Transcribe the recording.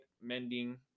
Mending